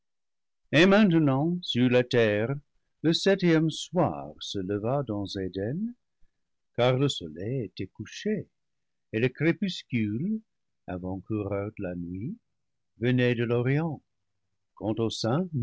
et maintenant sur la terre le septième soir se leva dans éden car le soleil s'était couché et le crépuscule avant cou reur de làa nuit venait de l'orient